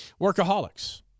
workaholics